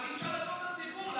אבל אי-אפשר להטעות את הציבור,